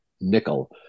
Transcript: nickel